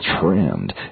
trimmed